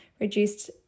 reduced